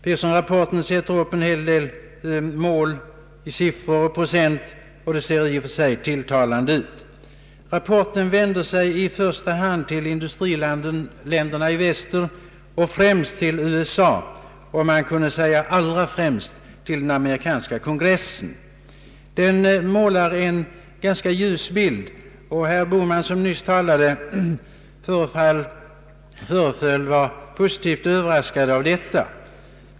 Pearsonrapporten sätter upp en hel del mål i siffror och procent, och det ser i och för sig tilltalande ut. Rapporten vänder sig i första hand till industriländerna i väster, främst USA. Man kunde säga att den allra främst riktar sig till amerikanska kongressen. Den målar en ljus bild. Herr Bohman som nyss talade föreföll vara positivt överraskad av detta.